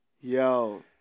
Yo